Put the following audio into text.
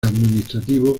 administrativo